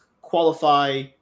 qualify